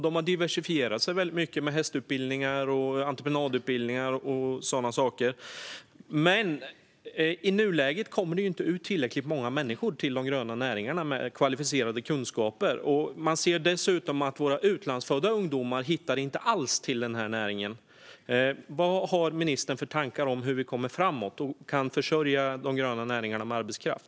De har diversifierat sig mycket med hästutbildningar, entreprenadutbildningar och sådana saker, men i nuläget kommer det inte ut tillräckligt många människor med kvalificerade kunskaper till de gröna näringarna. Man ser dessutom att våra utlandsfödda ungdomar inte alls hittar till denna näring. Vad har ministern för tankar om hur vi kommer framåt och kan försörja de gröna näringarna med arbetskraft?